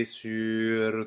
sur